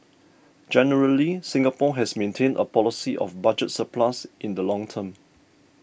generally Singapore has maintained a policy of budget surplus in the long term